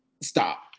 Stop